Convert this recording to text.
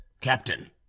Captain